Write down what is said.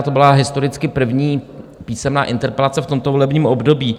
To byla historicky první písemná interpelace v tomto volebním období.